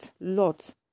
lot